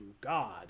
God